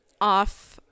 off